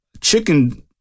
chicken